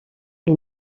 est